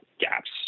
gaps